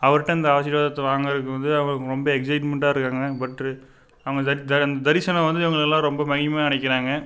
அவர்கிட்ட அந்த ஆசீர்வாதத்தை வாங்கிறக்கு வந்து அவங்கள் ரொம்ப எக்ஸைட்மெண்ட்டாக இருக்காங்க பட் அவங்க அந்த தரிசனம் வந்து அவங்களெல்லாம் ரொம்ப மகிமையாக நினைக்கிறாங்க